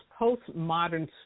postmodern